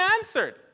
answered